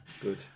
Good